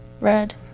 Red